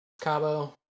Cabo